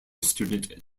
student